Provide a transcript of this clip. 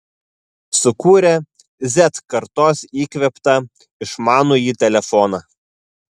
sukūrė z kartos įkvėptą išmanųjį telefoną